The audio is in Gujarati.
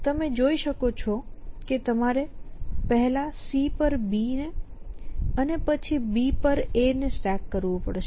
તમે જોઈ શકો કે તમારે પહેલા C પર B ને અને પછી B પર A ને સ્ટેક કરવું પડશે